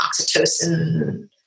oxytocin